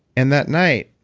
and that night,